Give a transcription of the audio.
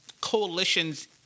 coalitions